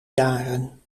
jaren